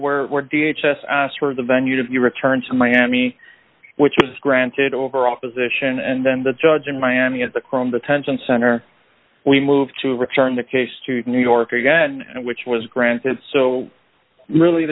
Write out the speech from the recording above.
where were d h s s asked for the venue to be returned to miami which was granted over opposition and then the judge in miami at the chrome detention center we moved to return the case to new york again which was granted so really